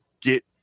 get